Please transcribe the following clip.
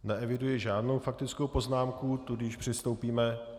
Neeviduji žádnou faktickou poznámku, tudíž přistoupíme...